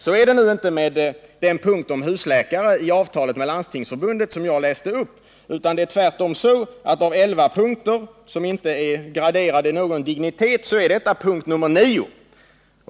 Så är det nu inte med den punkt om husläkare i avtalet med Landstingsförbundet som jag läste upp. Det är tvärtom så att av elva punkter, som inte är graderade i någon dignitet, är detta punkt nr 9.